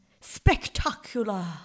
Spectacular